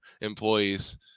employees